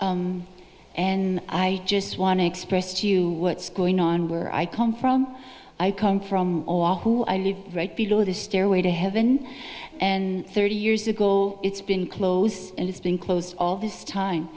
noise and i just want to express to you what's going on where i come from i come from or who i live right below the stairway to heaven and thirty years ago it's been closed and it's been closed all this time